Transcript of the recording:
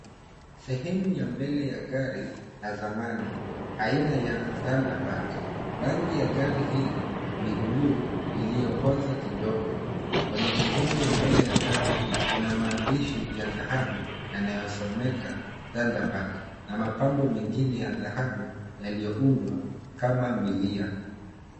Sehemu ya mbele ya gari ya zamani aina ya Thunderbird. Rangi ya gari hilo ni buluu iliyokoza kidogo. Kwenye sehemu ya mbele ya gari kuna maandishi ya dhahabu yanayosomeka Thunderbird na mapambo mengine ya dhahabu yaliyoundwa kama milia.